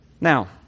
Now